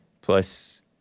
plus